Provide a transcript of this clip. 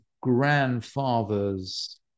grandfather's